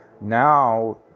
now